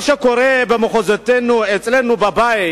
מה שקורה במחוזותינו, אצלנו בבית,